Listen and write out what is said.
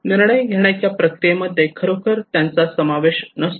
निर्णय घेण्याच्या प्रक्रियेमध्ये खरोखर त्यांचा समावेश नसतो